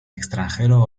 extranjero